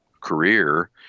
career